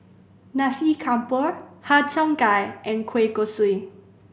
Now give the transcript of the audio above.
Nasi Campur Har Cheong Gai and kueh kosui